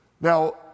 Now